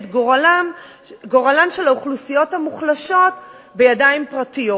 את גורלן של האוכלוסיות המוחלשות בידיים פרטיות,